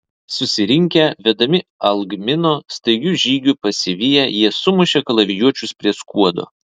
susirinkę vedami algmino staigiu žygiu pasiviję jie sumušė kalavijuočius prie skuodo